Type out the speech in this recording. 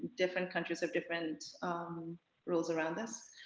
different countries have different rules around this.